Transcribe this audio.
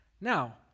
Now